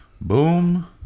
boom